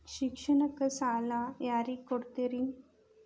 ಶಿಕ್ಷಣಕ್ಕ ಸಾಲ ಯಾರಿಗೆ ಕೊಡ್ತೇರಿ?